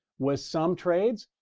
with some trades,